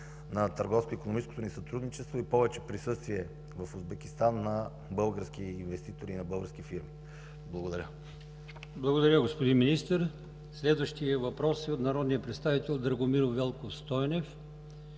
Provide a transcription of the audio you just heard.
на търговско-икономическото ни сътрудничество и повече присъствие в Узбекистан на български инвеститори и на български фирми. Благодаря. ПРЕДСЕДАТЕЛ АЛИОСМАН ИМАМОВ: Благодаря, господин Министър. Следващият въпрос е от народния представител Драгомир Велков Стойнев